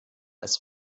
als